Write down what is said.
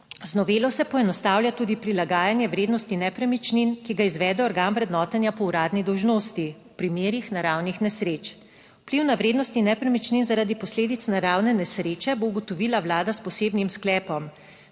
Z novelo se poenostavlja tudi prilagajanje vrednosti nepremičnin, ki ga izvede organ vrednotenja po uradni dolžnosti v primerih naravnih nesreč. Vpliv na vrednosti nepremičnin zaradi posledic naravne nesreče bo ugotovila vlada s posebnim sklepom,